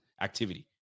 Activity